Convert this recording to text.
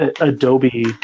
Adobe